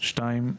שנית,